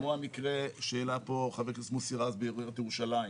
כמו המקרה שהעלה פה חבר הכנסת מוסי רז בעיריית ירושלים,